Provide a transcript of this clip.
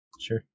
Sure